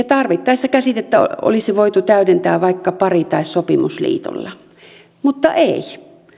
tarvittaessa käsitettä olisi voitu täydentää vaikka pari tai sopimusliitolla mutta ei